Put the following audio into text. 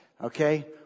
Okay